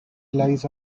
lies